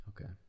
okay